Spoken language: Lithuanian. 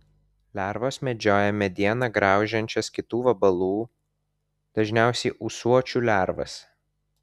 lervos medžioja medieną graužiančias kitų vabalų dažniausiai ūsuočių lervas